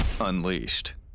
Unleashed